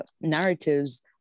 narratives